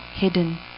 hidden